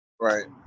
Right